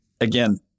again